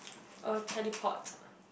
uh teleport